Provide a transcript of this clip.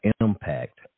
impact